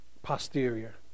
Posterior